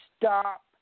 Stop